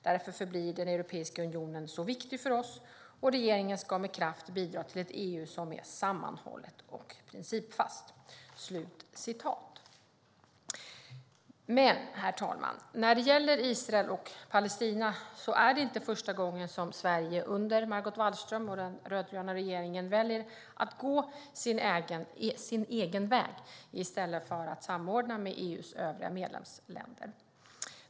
Därför förblir Europeiska unionen så viktig för oss, och regeringen ska med kraft bidra till ett EU som är sammanhållet och principfast." Men, herr talman, när det gäller Israel och Palestina är det inte första gången som Sverige under Margot Wallström och den rödgröna regeringen väljer att gå sin egen väg i stället för att samordna med EU:s övriga medlemsländer.